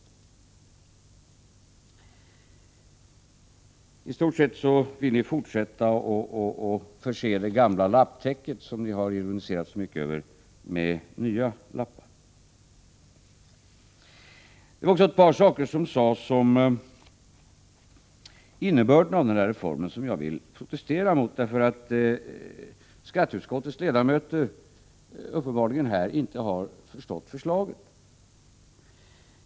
Ni vill i stort sett fortsätta att förse det gamla lapptäcket, som ni ironiserat så mycket över, med nya lappar. Det sades en del om innebörden av reformen som jag vill protestera mot, eftersom skatteutskottets ledamöter uppenbarligen inte har förstått försla get.